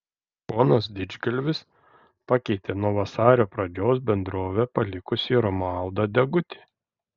ponas didžgalvis pakeitė nuo vasario pradžios bendrovę palikusį romualdą degutį